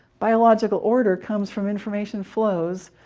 biological order comes from information flows.